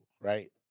Right